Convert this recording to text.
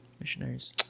Missionaries